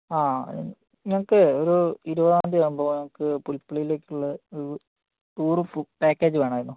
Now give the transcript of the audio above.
ആ ഞങ്ങൾക്ക് ഒരു ഇരുപതാം തീയ്യതി ആവുമ്പോൾ ഞങ്ങൾക്ക് പുൽപള്ളിയിലേക്കുള്ളൊരു ടൂർ ഫുഡ് പാക്കേജ് വേണമായിരുന്നു